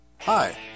Hi